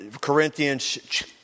Corinthians